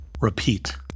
repeat